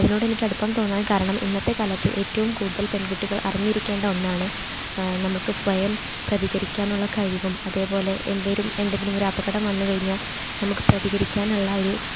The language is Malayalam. അതിനോടെനിക്ക് അടുപ്പം തോന്നാൻ കാരണം ഇന്നത്തെക്കാലത്ത് ഏറ്റവും കൂടുതൽ പെൺകുട്ടികൾ അറിഞ്ഞിരിക്കേണ്ട ഒന്നാണ് നമുക്ക് സ്വയം പ്രതികരിക്കാനുള്ള കഴിവും അതേപോലെ എന്തെങ്കിലും എന്തെങ്കിലും ഒരപകടം വന്നു കഴിഞ്ഞാൽ നമുക്ക് പ്രതികരിക്കാനുള്ള ഒരു